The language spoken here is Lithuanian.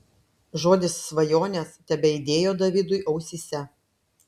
žodis svajonės tebeaidėjo davidui ausyse